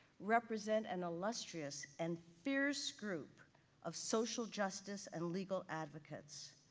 represent an illustrious and fierce group of social justice and legal advocates.